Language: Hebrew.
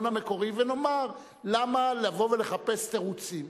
המקורי ונאמר: למה לבוא ולחפש תירוצים?